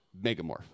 Megamorph